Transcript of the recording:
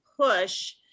push